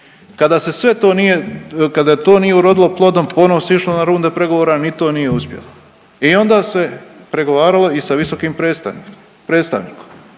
kada to nije urodilo plodom ponovno su išli na runde pregovora ni to nije uspjelo i onda se pregovaralo i sa visokim predstavnikom